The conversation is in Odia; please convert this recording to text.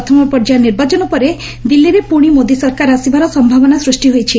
ପ୍ରଥମ ପର୍ଯ୍ୟାୟ ନିର୍ବାଚନ ପରେ ଦିଲ୍କୀରେ ପୁଶି ମୋଦି ସରକାର ଆସିବାର ସମ୍ଭାବନା ସୂଷି ହୋଇଛି